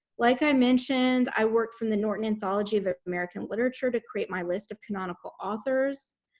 like i mentioned, i worked from the norton anthology of of american literature to create my list of canonical authors.